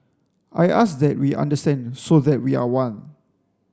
I ask that we understand so that we are one